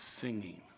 singing